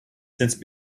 since